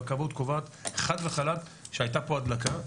והכבאות קובעת חד וחלק שהייתה פה הדלקה,